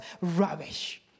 rubbish